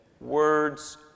words